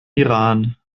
iran